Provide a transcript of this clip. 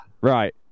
Right